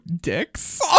dicks